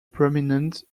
prominent